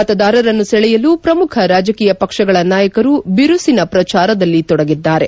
ಮತದಾರರನ್ನು ಸೆಳೆಯಲು ಪ್ರಮುಖ ರಾಜಕೀಯ ಪಕ್ಷಗಳ ನಾಯಕರು ಬಿರುಸಿನ ಪ್ರಚಾರದಲ್ಲಿ ತೊಡಗಿದ್ದಾರೆ